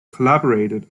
collaborated